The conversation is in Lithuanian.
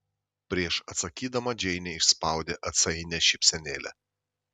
prieš atsakydama džeinė išspaudė atsainią šypsenėlę